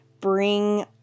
bring